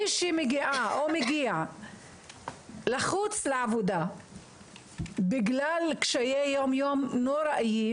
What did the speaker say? מי שמגיעה או מגיע לחוץ לעבודה בגלל קשיי יום-יום נוראיים,